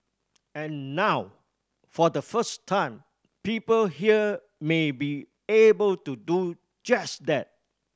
and now for the first time people here may be able to do just that